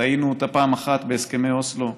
טעינו כך פעם אחת בהסכמי אוסלו,